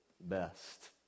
best